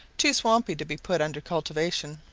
too swampy to be put under cultivation.